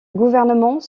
gouvernement